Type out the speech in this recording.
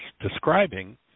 describing